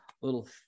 little